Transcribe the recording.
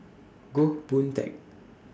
Goh Boon Teck